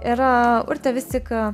yra urtė vis tik